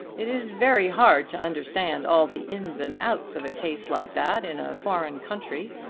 it is very hard to understand all the ins and outs of a case like that in a foreign country.